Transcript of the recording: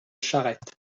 charette